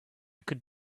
could